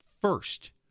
first